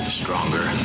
stronger